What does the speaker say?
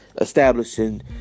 establishing